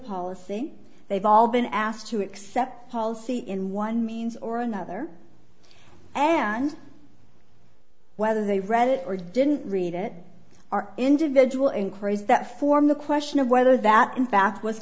policy they've all been asked to accept policy in one means or another and whether they read it or didn't read it are individual inquiries that form the question of whether that in fact was